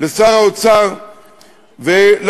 לשר האוצר ולפקידיו,